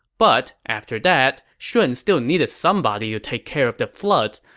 but, after that, shun still needed somebody to take care of the floods,